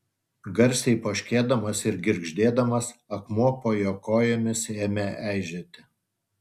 garsiai poškėdamas ir girgždėdamas akmuo po jo kojomis ėmė eižėti